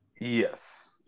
Yes